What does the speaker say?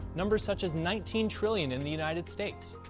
numbers such as nineteen trillion in the united states,